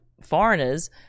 foreigners